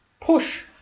push